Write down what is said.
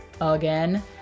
again